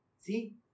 See